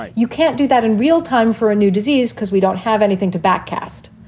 you can't do that in real time for a new disease because we don't have anything to back cast.